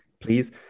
please